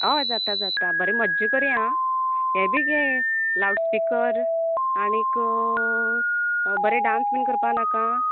हय जाता जाता बरे मज्या करया हा हे बी घे लाउडस्पिकर आनीक बरे डान्स बी करपा नाका